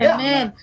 Amen